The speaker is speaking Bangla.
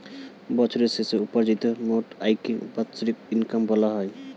বছরের শেষে উপার্জিত মোট আয়কে বাৎসরিক ইনকাম বলা হয়